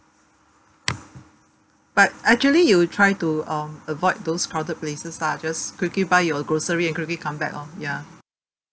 but actually you will try to um avoid those crowded places ah just quickly buy your grocery and quickly come back lor ya